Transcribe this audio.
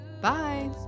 bye